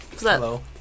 Hello